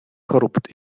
korrupt